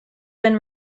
been